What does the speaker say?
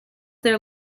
their